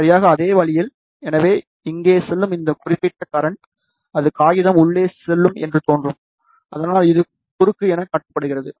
சரியாக அதே வழியில் எனவே இங்கே செல்லும் இந்த குறிப்பிட்ட கரண்ட் அது காகிதம் உள்ளே செல்லும் என்று தோன்றும் அதனால் அது குறுக்கு என காட்டப்படுகிறது